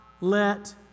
let